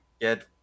get